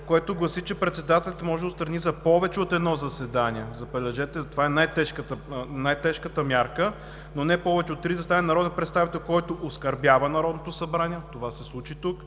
Той гласи: „Председателят може да отстрани за повече от едно заседание – забележете, това е най-тежката мярка – но не повече от три заседания, народен представител, който оскърбява Народното събрание – това се случи тук